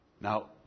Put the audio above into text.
Now